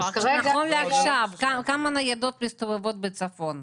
נכון לעכשיו, כמה ניידות מסתובבות בצפון?